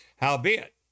Howbeit